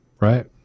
Right